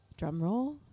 drumroll